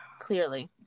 clearly